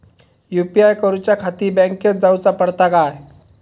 UPI करूच्याखाती बँकेत जाऊचा पडता काय?